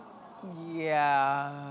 yeah.